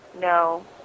No